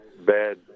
bad